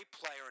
player